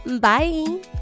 Bye